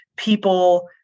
People